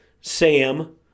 Sam